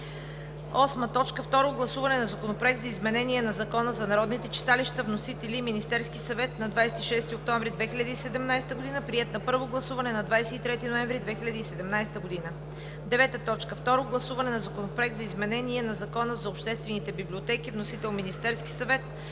Второ гласуване на Законопроекта за изменение на Закона за народните читалища. Вносител е Министерският съвет на 26 октомври 2017 г. Приет е на първо гласуване на 23 ноември 2017 г. 9. Второ гласуване на Законопроект за изменение на Закона за обществените библиотеки. Вносител е Министерският съвет